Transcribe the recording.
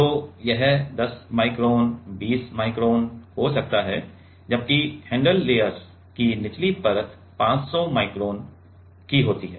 तो यह 10 micron 20 micron हो सकता है जबकि हैंडल लेयर की निचली परत 500 माइक्रोन की होती है